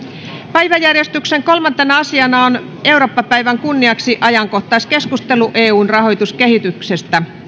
päiväjärjestyksen kolmantena asiana on eurooppa päivän kunniaksi ajankohtaiskeskustelu eun rahoituskehyksestä